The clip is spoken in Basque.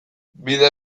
bide